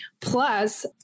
plus